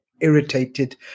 irritated